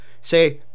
Say